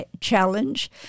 challenge